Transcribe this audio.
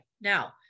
now